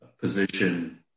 position